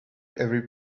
every